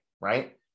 right